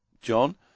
John